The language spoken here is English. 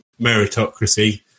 meritocracy